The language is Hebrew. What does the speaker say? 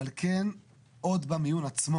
אבל כן עוד במיון עצמו